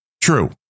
true